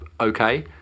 okay